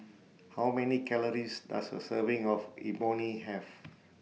How Many Calories Does A Serving of Imoni Have